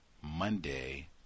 Monday